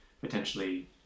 potentially